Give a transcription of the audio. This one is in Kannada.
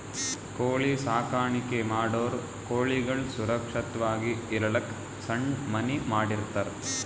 ಕೋಳಿ ಸಾಕಾಣಿಕೆ ಮಾಡೋರ್ ಕೋಳಿಗಳ್ ಸುರಕ್ಷತ್ವಾಗಿ ಇರಲಕ್ಕ್ ಸಣ್ಣ್ ಮನಿ ಮಾಡಿರ್ತರ್